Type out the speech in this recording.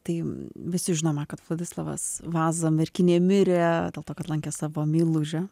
tai visi žinome kad vladislovas vaza merkinėje mirė dėl to kad lankė savo meilužę